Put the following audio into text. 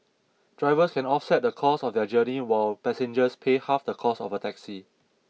drivers can offset the cost of their journey while passengers pay half the cost of a taxi